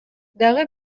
дагы